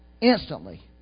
Instantly